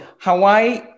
Hawaii